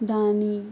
దాని